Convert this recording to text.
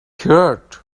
hurt